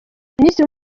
minisitiri